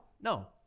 No